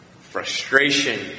frustration